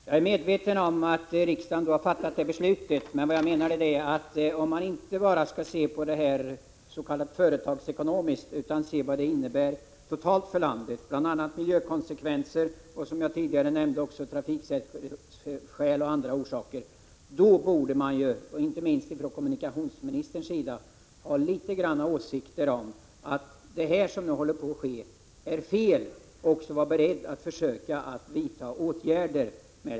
Fru talman! Jag är medveten om att riksdagen har fattat det beslutet, men jag menade att om man inte bara ser detta rent, som man säger, företagsekonomiskt utan ser vad det innebär totalt för landet i fråga om miljöeffekter, trafiksäkerhet och annat, borde man ju inte minst från kommunikationsministerns sida ha litet åsikter om att det som nu håller på att ske är fel och vara beredd att försöka vidta åtgärder.